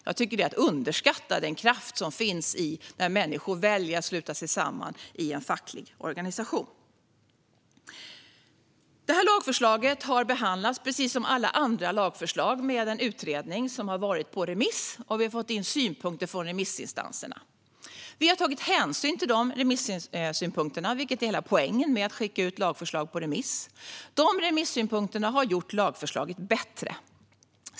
Jag tycker att det är att underskatta den kraft som finns när människor väljer att sluta sig samman i en facklig organisation. Det här lagförslaget har behandlats, precis som alla andra lagförslag, med en utredning som har varit på remiss, och vi har fått in synpunkter från remissinstanserna. Vi har tagit hänsyn till remissynpunkterna, vilket är hela poängen med att skicka ut lagförslag på remiss. Remissynpunkterna har gjort lagförslaget bättre.